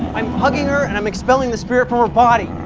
i'm hugging her and i'm expelling the spirit from her body.